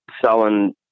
selling